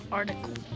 article